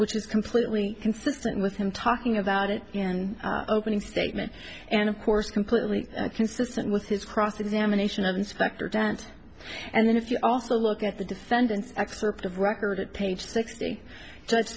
which is completely consistent with him talking about it and opening statement and of course completely consistent with his cross examination of inspector dant and then if you also look at the defendant's excerpt of record at page sixty ju